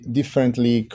differently